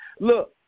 Look